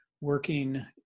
working